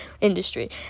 industry